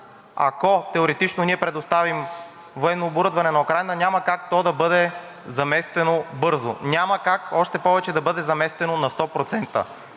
ако теоретично ние предоставим военно оборудване на Украйна, няма как то да бъде заместено бързо, няма как още повече да бъде заместено 100%.